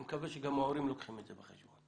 אני מקווה שגם ההורים לוקחים את זה בחשבון.